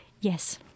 Yes